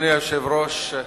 אדוני ראש הממשלה,